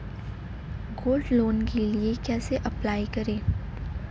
Gold loan के लिए कैसे अप्लाई करें?